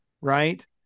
Right